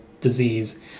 disease